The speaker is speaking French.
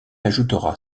ajoutera